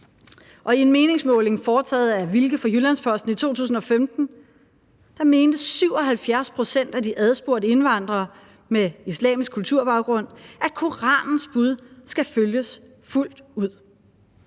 Og i en meningsmåling foretaget af Wilke for Jyllands-Posten i 2015 mente 77 pct. af de adspurgte indvandrere med islamisk kulturbaggrund, at Koranens bud skal følges fuldt ud.